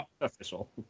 official